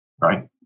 Right